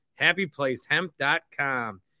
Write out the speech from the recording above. HappyPlaceHemp.com